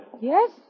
Yes